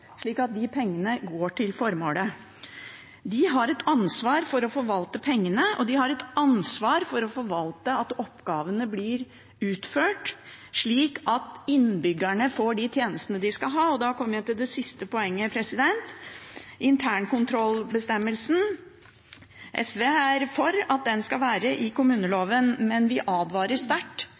slik at de kan følge at de pengene de har ansvaret for og har bevilget, går til formålet. De har et ansvar for å forvalte pengene, og de har et ansvar for å se til at oppgavene blir utført, slik at innbyggerne får de tjenestene de skal ha. Da kommer jeg til det siste poenget: internkontrollbestemmelsen. SV er for at den skal være i kommuneloven, men vi advarer sterkt